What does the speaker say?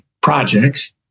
projects